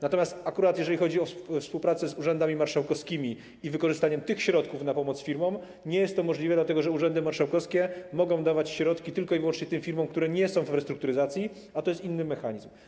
Natomiast akurat jeśli chodzi o współpracę z urzędami marszałkowskimi i wykorzystaniem tych środków na pomoc firmom, nie jest to możliwe, dlatego że urzędy marszałkowskie mogą dawać środki tylko i wyłącznie tym firmom, które nie są w restrukturyzacji, a to jest inny mechanizm.